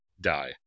die